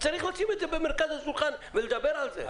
צריך לשים את זה במרכז השולחן ולדבר על זה.